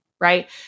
Right